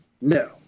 No